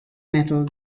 metal